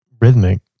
rhythmic